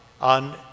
on